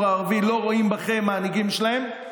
הערבי לא רואים בכם מנהיגים שלהם,